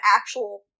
actual